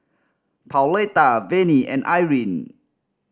Pauletta Venie and Irine